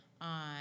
on